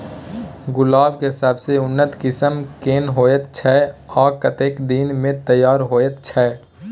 गुलाब के सबसे उन्नत किस्म केना होयत छै आ कतेक दिन में तैयार होयत छै?